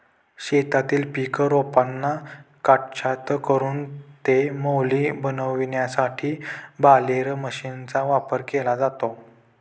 शेतातील पीक रोपांना काटछाट करून ते मोळी बनविण्यासाठी बालेर मशीनचा वापर केला जातो